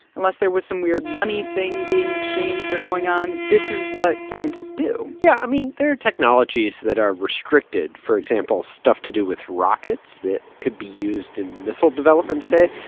unless there was some weird money thing being exchanged or going on, this is what scientists do yeah. i mean, there are technologies that are restricted for example, stuff to do with rockets that could be used in missile development, say.